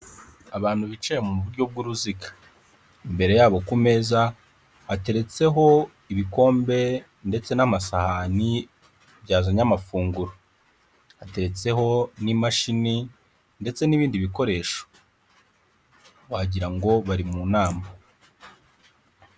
Abantu bicaye mu buryo bw'uruziga, imbere yabo ku meza hateretseho ibikombe ndetse n'amasahani byazanye amafunguro, hatetseho n'imashini ndetse n'ibindi bikoresho wagira ngo bari mu nama.